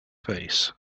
face